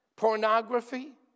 pornography